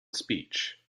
speech